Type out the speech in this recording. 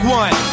one